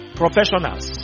professionals